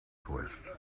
twists